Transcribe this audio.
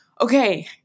okay